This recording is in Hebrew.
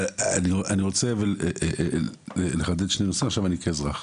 אני רוצה אבל לחדד שניה את הנושא עכשיו אני כאזרח.